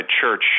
church